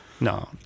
no